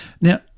Now